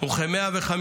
וכ-150